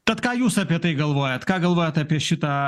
tad ką jūs apie tai galvojat ką galvojat apie šitą